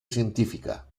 científica